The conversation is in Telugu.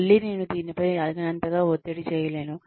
మళ్ళీ నేను దీనిపై తగినంతగా ఒత్తిడి చేయలేను